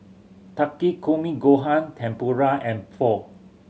Takikomi Gohan Tempura and Pho